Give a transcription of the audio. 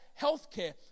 healthcare